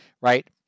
right